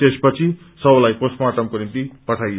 त्यपछि शवलाई पोस्टमार्टमको निम्ति पठाईयो